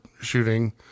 shooting